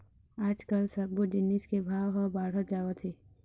आजकाल सब्बो जिनिस के भाव ह बाढ़त जावत हे